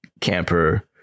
camper